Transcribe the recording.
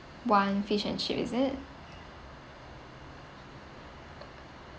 one fish and chip is it